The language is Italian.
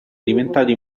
diventati